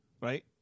Right